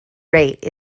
rate